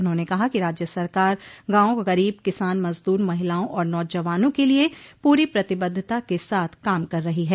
उन्होंने कहा कि राज्य सरकार गांव गरीब किसान मजदूर महिलाओं और नौजवानों के लिए पूरी प्रतिबद्धता के साथ काम कर रही है